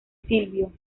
silvio